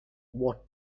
what